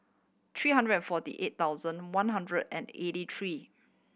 three hundred and forty eight thousand one hundred and eighty three